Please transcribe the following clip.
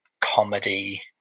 comedy